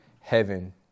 heaven